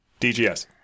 DGS